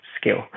skill